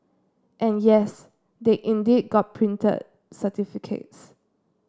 and yes they indeed got printed certificates